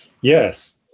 Yes